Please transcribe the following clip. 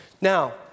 Now